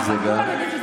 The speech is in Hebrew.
זה מה שאגף התקציבים,